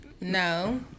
No